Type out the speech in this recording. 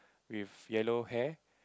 with yellow hair